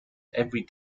every